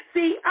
See